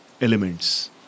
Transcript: elements